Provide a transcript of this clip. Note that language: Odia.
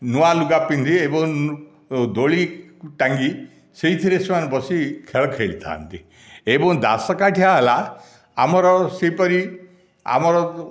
ନୂଆଲୁଗା ପିନ୍ଧି ଏବଂ ଦୋଳି ଟାଙ୍ଗି ସେହିଥିରେ ସେମାନେ ବସି ଖେଳ ଖେଳିଥାନ୍ତି ଏବଂ ଦାସକାଠିଆ ହେଲା ଆମର ସେହିପରି ଆମର